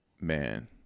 Man